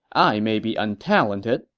i may be untalented,